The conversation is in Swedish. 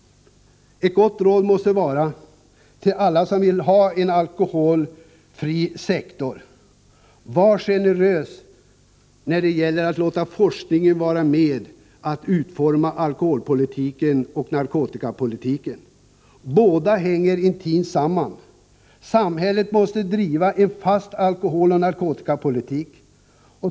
Ett gott råd till alla som vill ha en alkoholfri sektor måste vara: Var generös när det gäller att låta forskningen vara med och utforma alkoholpolitiken och narkotikapolitiken. De båda hänger intimt samman. Samhället måste driva en fast alkoholoch narkotikapolitik.